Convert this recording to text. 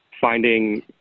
finding